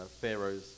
Pharaoh's